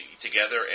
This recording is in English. together